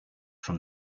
from